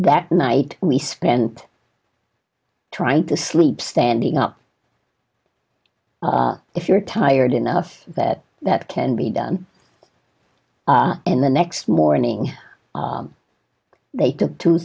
that night we spent trying to sleep standing up if you're tired enough that that can be done in the next morning they t